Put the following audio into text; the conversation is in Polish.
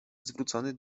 zwrócony